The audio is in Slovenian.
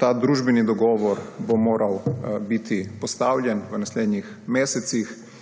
Ta družbeni dogovor bo moral biti postavljen v naslednjih mesecih